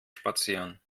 spazieren